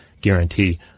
guarantee